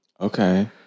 Okay